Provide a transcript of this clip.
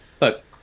look